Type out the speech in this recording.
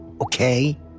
okay